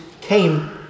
came